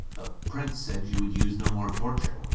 but prince said you would use no more torture.